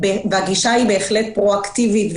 הגישה היא בהחלט פרואקטיבית,